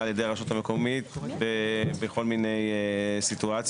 על ידי הרשות המקומית בכל מיני סיטואציות,